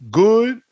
good